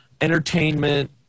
entertainment